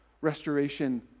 Restoration